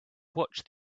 watched